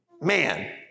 Man